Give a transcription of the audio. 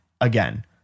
again